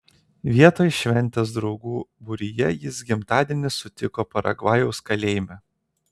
vietoj šventės draugų būryje jis gimtadienį sutiko paragvajaus kalėjime